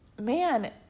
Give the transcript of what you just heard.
man